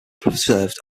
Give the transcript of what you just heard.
preserved